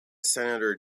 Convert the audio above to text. senator